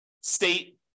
state